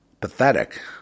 Pathetic